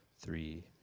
three